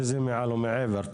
איזה מעל ומעבר?